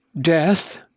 death